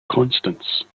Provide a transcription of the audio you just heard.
constance